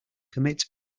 commits